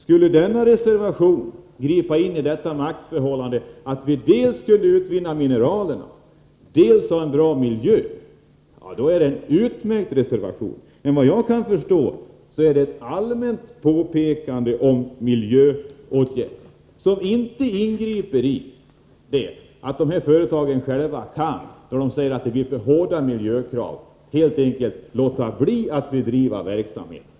Skulle denna reservation leda till att man griper in i maktförhållandena, så att vi dels kan utvinna mineraler, dels får en bra miljö, då är det en utmärkt reservation. Såvitt jag kan förstå innebär emellertid reservationen ett allmänt påpekande om miljöåtgärder, som inte ingriper i det förhållandet att dessa företag kan säga att det är för hårda miljökrav och att de då helt enkelt låter bli att bedriva verksamheten.